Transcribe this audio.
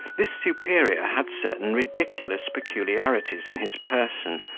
this superior had certain ridiculous peculiarities in his person,